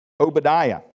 Obadiah